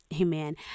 amen